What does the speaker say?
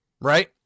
right